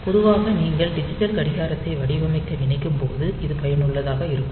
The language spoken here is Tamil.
பொதுவாக நீங்கள் டிஜிட்டல் கடிகாரத்தை வடிவமைக்க நினைக்கும்போது இது பயனுள்ளதாக இருக்கும்